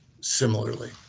similarly